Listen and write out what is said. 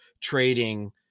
trading